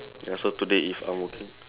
ya so today if I'm working